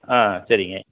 ஆ சரிங்க